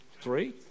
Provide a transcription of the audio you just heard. three